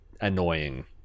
annoying